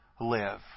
live